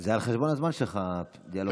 זה על חשבון הזמן שלך, הדיאלוג הזה.